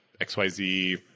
XYZ